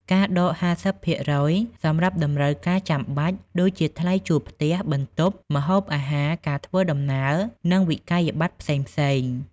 ការដក 50% សម្រាប់តម្រូវការចាំបាច់ ដូចជាថ្លៃជួលផ្ទះ/បន្ទប់ ម្ហូបអាហារ ការធ្វើដំណើរ និងវិក្កយបត្រផ្សេងៗ។